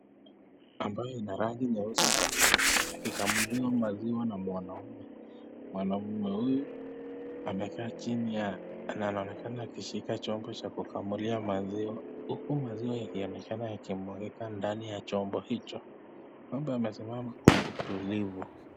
Ambayo ina rangi nyeusi na nyeupe akikamuliwa maziwa na mwanaume, mwanaume huyu amekaa chini na anaonekana akishika chombo cha kukamulia maziwa, huku maziwa ikionekana ikimwagika ndani ya chombo hicho, ng'ombe amesimama kwa utulivu.